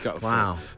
Wow